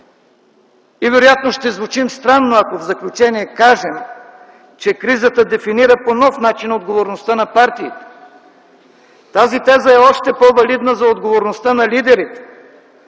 И вероятно ще звучим странно, ако в заключение кажем, че кризата дефинира по нов начин отговорността на партиите. Тази теза е още по-валидна за отговорността на лидерите.